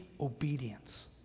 obedience